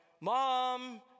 mom